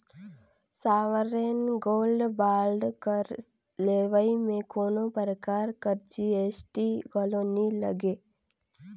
sovereign gold bond कर लेवई में कोनो परकार कर जी.एस.टी घलो नी लगे